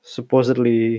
Supposedly